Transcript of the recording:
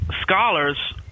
Scholars